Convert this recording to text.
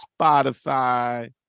Spotify